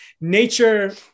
nature